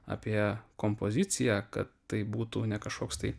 apie kompoziciją kad tai būtų ne kažkoks tai